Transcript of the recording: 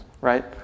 right